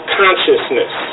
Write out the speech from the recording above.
consciousness